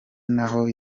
naho